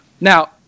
Now